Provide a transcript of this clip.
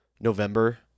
November